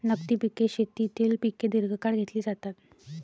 नगदी पिके शेतीतील पिके दीर्घकाळ घेतली जातात